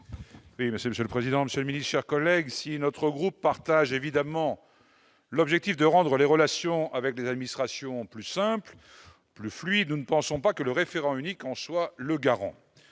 Oui, monsieur le président Monsieur mini-chers collègues si notre groupe partage évidemment l'objectif de rendre les relations avec les administrations, plus simple, plus fluide, nous ne pensons pas que le référent unique en soi le garant